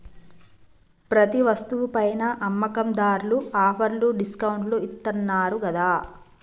ప్రతి వస్తువు పైనా అమ్మకందార్లు ఆఫర్లు డిస్కౌంట్లు ఇత్తన్నారు గదా